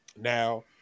Now